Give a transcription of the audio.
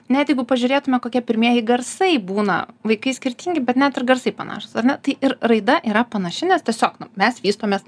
net jeigu pažiūrėtume kokie pirmieji garsai būna vaikai skirtingi bet net ir garsai panašūs ar ne tai ir raida yra panaši nes tiesiog mes vystomės